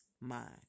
mind